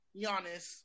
Giannis